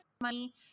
money